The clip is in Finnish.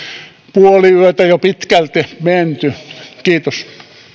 puoli yötä jo pitkälti menty kiitos